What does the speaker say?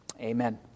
Amen